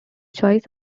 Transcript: choice